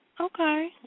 okay